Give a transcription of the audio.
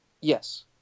Yes